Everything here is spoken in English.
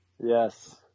Yes